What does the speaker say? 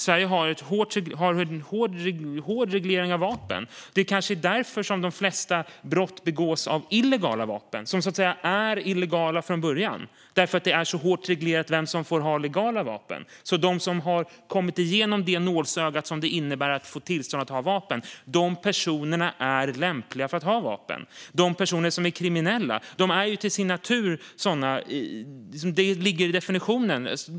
Sverige har en hård reglering av vapen, och det kanske är därför som de flesta brott begås med illegala vapen. Dessa vapen är så att säga illegala från början därför att det är så hårt reglerat vem som får ha legala vapen. De som har kommit igenom det nålsöga som det innebär att få tillstånd att ha vapen är alltså personer som är lämpliga att ha vapen. De personer som är kriminella är det till sin natur; det ligger i definitionen.